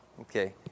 Okay